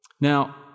Now